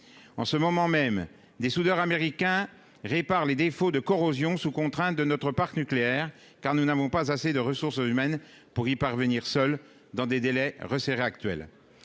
en ce moment même des soudeurs américain répare les défaut de corrosion sous contrainte de notre parc nucléaire, car nous n'avons pas assez de ressources humaines pour y parvenir seuls dans des délais resserrés actuel